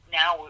now